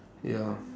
ya